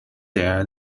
their